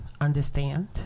Understand